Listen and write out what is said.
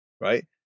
right